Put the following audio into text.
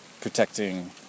protecting